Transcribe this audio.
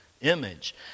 image